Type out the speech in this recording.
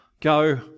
go